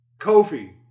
Kofi